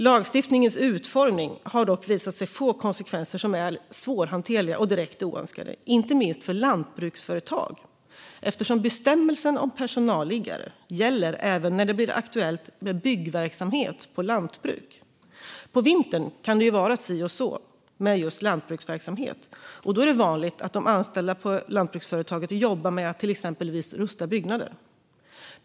Lagstiftningens utformning har dock visat sig få konsekvenser som är svårhanterliga och direkt oönskade, inte minst för lantbruksföretag, eftersom bestämmelsen om personalliggare gäller även när det blir aktuellt med byggverksamhet på lantbruk. På vintern kan det vara si och så med just lantbruksverksamhet, och då är det vanligt att de anställda i lantbruksföretaget jobbar med att exempelvis rusta byggnader.